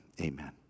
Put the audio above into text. amen